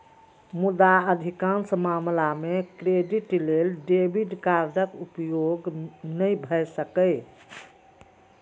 मुदा अधिकांश मामला मे क्रेडिट लेल डेबिट कार्डक उपयोग नै भए सकैए